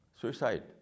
Suicide